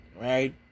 right